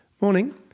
Morning